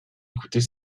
écouter